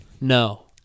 No